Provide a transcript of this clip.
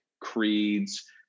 creeds